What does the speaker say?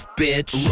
bitch